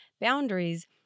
boundaries